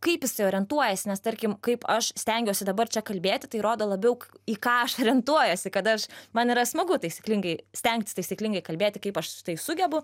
kaip jisai orientuojasi nes tarkim kaip aš stengiuosi dabar čia kalbėti tai rodo labiau į ką aš orientuojuosi kad aš man yra smagu taisyklingai stengtis taisyklingai kalbėti kaip aš tai sugebu